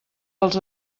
dels